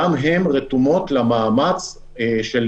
גם כן רתומות למאמץ של